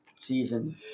season